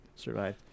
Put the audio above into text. survive